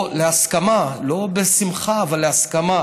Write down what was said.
או להסכמה, לא בשמחה, להסכמה